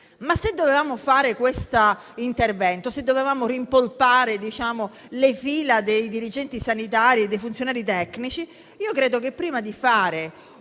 Ma se dovevamo fare questo intervento, se dovevamo rimpolpare le fila dei dirigenti sanitari e dei funzionari tecnici, credo che, prima di fare